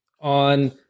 on